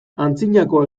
antzinako